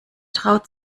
traut